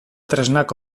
tresnak